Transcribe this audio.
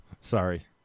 Sorry